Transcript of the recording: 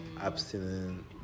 abstinent